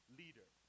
leader